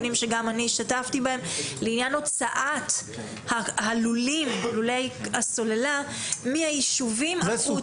אבל אני השתתפתי בהם בעניין הוצאת לולי הסוללה מהיישובים החוצה.